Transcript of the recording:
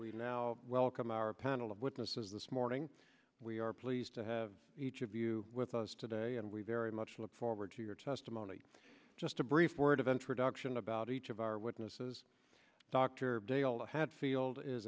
we now welcome our panel of witnesses this morning we are pleased to have each of you with us today and we very much look forward to your testimony just a brief word of introduction about each of our witnesses dr dale had field is